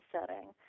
setting